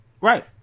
Right